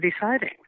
deciding